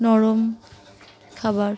নরম খাবার